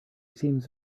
seems